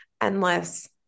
endless